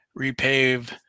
repave